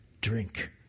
drink